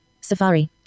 Safari